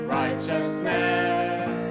righteousness